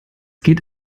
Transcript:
geht